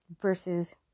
versus